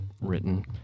written